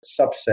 subset